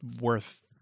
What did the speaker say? worth